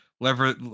Lever